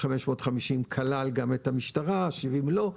550 כלל גם את המשטרה, 70 לא.